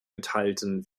enthalten